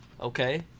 Okay